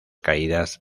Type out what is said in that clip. caídas